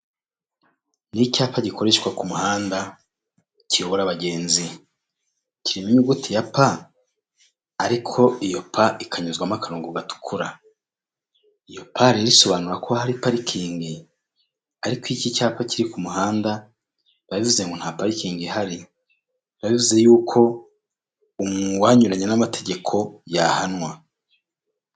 Ni icyapa gikoreshwa ku muhanda kiyobora abagenzi kirimo inyuguti ya p ariko iyo p ikanyuzwamo akarongo gatukura iyo p rero isobanura ko hari parikingi ariko iki cyapa kiri ku muhanda bba bivuze ngo nta parikingi ihari biba bivuze yuko uwanyuranya n'amategeko yahanwa.